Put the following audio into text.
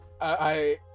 I-